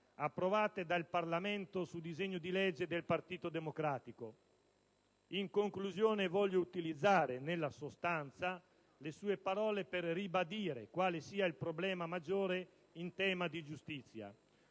approvate dal Parlamento con il disegno di legge del Partito Democratico. In conclusione, voglio utilizzare nella sostanza le parole del Ministro per ribadire quale sia il problema maggiore in tema di giustizia.